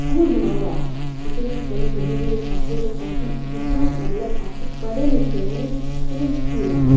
school बनाई ओड़े दा तुसें गी इक बड़ी बड्डी ओह्दी खासियत दस्सां कि जित्थै मतलब अस पढ़े लिखे दे ना ओह् ऐ इक किला ऐ